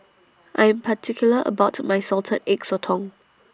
I'm particular about My Salted Egg Sotong